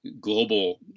global